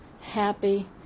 happy